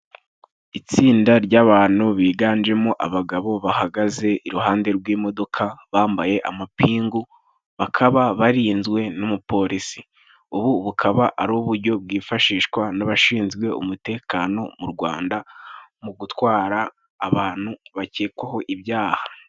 Itsinda ry'abantu biganjemo abagabo bahagaze iruhande rw'imodoka ,bambaye amapingu bakaba barinzwe n'umupolisi .Ubu bukaba ari ubujyo bwifashishwa n'abashinzwe umutekano mu Rwanda mu gutwara abantu bakekwaho ibyaha.